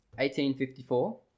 1854